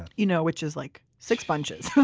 and you know which is like six bunches so